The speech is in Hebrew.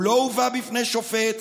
הוא לא הובא לפני שופט,